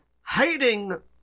hiding